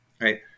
right